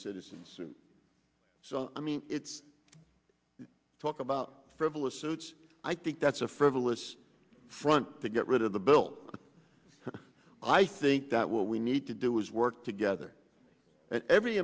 citizen's suit so i mean it's talk about frivolous suits i think that's a frivolous front to get rid of the bill i think that what we need to do is work together every